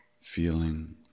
feeling